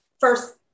first